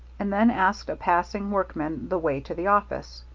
and then asked a passing workman the way to the office.